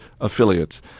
affiliates